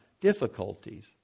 difficulties